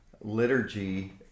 liturgy